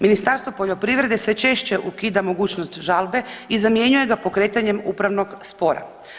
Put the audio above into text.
Ministarstvo poljoprivrede sve češće ukida mogućnost žalbe i zamjenjuje ga pokretanjem upravnog spora.